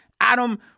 Adam